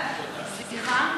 סליחה?